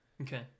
Okay